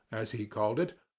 as he called it,